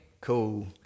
Cool